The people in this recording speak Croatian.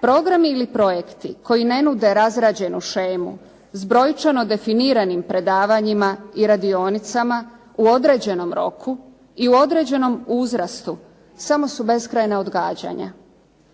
Programi ili projekti koji ne nude razrađenu shemu s brojčano definiranim predavanjima i radionicama u određenom roku i u određenom uzrastu samo su beskrajna odgađanja.